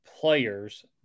players